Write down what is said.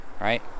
right